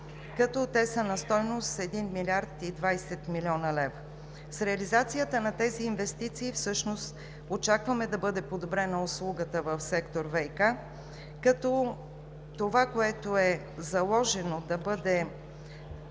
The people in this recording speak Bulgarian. договори на стойност 1 млрд. 20 млн. лв. С реализацията на тези инвестиции всъщност очакваме да бъде подобрена услугата в сектор ВиК като това, което е заложено, да бъде